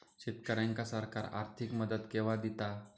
शेतकऱ्यांका सरकार आर्थिक मदत केवा दिता?